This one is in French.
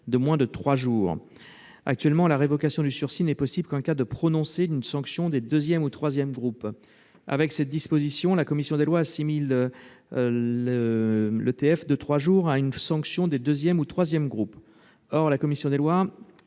-de moins de trois jours. Actuellement, la révocation du sursis n'est possible qu'en cas de prononcé d'une sanction du deuxième ou troisième groupe. Avec cette disposition, la commission des lois assimile l'ETF de trois jours à une sanction du deuxième ou troisième groupe. Or la commission des lois